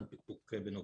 מבחינתנו.